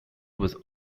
was